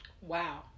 Wow